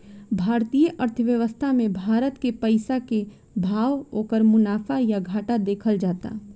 भारतीय अर्थव्यवस्था मे भारत के पइसा के भाव, ओकर मुनाफा या घाटा देखल जाता